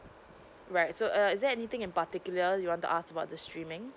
right so err is there anything in particular you want to ask about the streaming